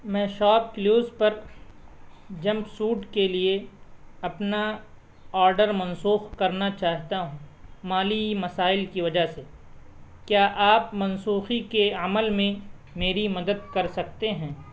میں ShopClues پر jumpsuit کے لیے اپنا آڈر منسوخ کرنا چاہتا ہوں مالی مسائل کی وجہ سے کیا آپ منسوخی کے عمل میں میری مدد کر سکتے ہیں